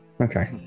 Okay